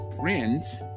friends